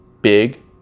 big